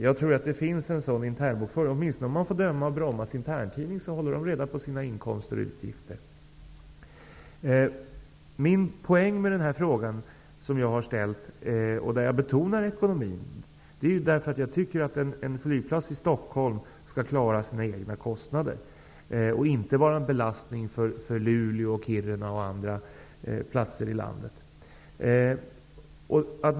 Jag tror att det finns en intern bokföring. Åtminstone att döma av interntidningen på Bromma flygplats håller man där reda på sina inkomster och utgifter. Min poäng med den fråga jag har ställt, och där jag betonar ekonomin, är att jag tycker att en flygplats i Stockholm skall klara sina egna kostnader och inte vara en belastning för Luleå, Kiruna och andra flygplatser i landet.